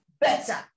better